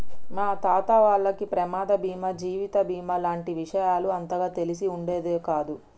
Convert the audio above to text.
మా తాత వాళ్లకి ప్రమాద బీమా జీవిత బీమా లాంటి విషయాలు అంతగా తెలిసి ఉండేది కాదు